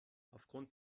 aufgrund